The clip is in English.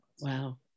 Wow